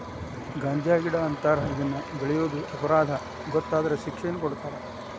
ಗಾಂಜಾಗಿಡಾ ಅಂತಾರ ಇದನ್ನ ಬೆಳಿಯುದು ಅಪರಾಧಾ ಗೊತ್ತಾದ್ರ ಶಿಕ್ಷೆನು ಕೊಡತಾರ